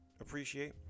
appreciate